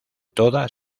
toda